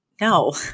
No